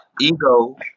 Ego